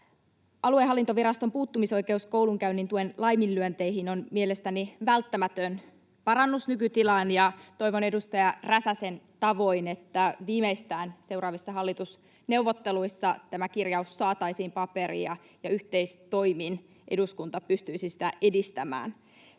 Aluehallintoviraston puuttumisoikeus koulunkäynnin tuen laiminlyönteihin on mielestäni välttämätön parannus nykytilaan, ja toivon edustaja Räsäsen tavoin, että viimeistään seuraavissa hallitusneuvotteluissa tämä kirjaus saataisiin paperiin ja yhteistoimin eduskunta pystyisi sitä edistämään.